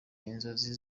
inzozi